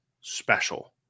special